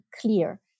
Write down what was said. clear